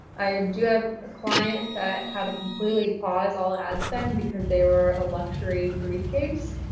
i do have a client that had to completely pause all ad spend because they were a luxury briefcase.